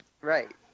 Right